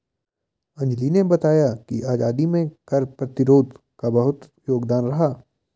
अंजली ने बताया कि आजादी में कर प्रतिरोध का बहुत योगदान रहा